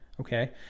okay